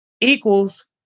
equals